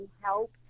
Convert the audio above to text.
help